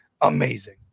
amazing